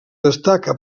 destaca